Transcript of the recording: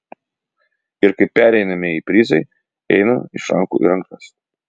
ir kaip pereinamieji prizai eina iš rankų į rankas